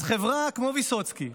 אז חברה כמו ויסוצקי,